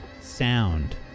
sound